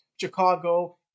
Chicago-